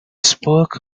spoke